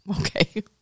okay